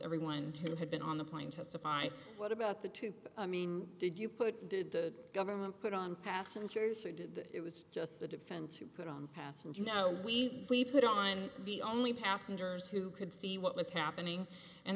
everyone who had been on the plane testified what about the two i mean did you put did the government put on passengers or did it was just the defense to put on pass and you know we we put on and the only passengers who could see what was happening and